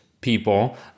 people